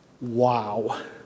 wow